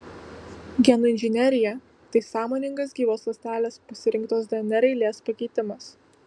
genų inžinerija tai sąmoningas gyvos ląstelės pasirinktos dnr eilės pakeitimas